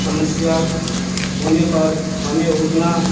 समस्या होने पर हमें उतना